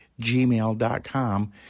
gmail.com